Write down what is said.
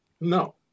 no